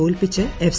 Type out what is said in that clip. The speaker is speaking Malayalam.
തോൽപ്പിച്ച് എഫ്